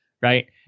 Right